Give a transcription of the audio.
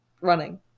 running